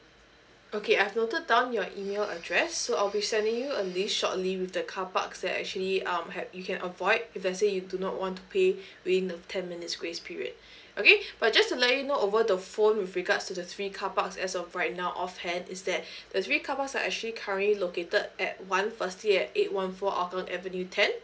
okay I've noted down your email address so I'll be sending you a link shortly with the carparks that actually um have you can avoid if let's say you do not want to pay within the ten minutes grace period okay but just to let you know over the phone with regards to the three carparks as of right now offhand is that the three carparks are actually currently located at one firstly at eight one four hougang avenue ten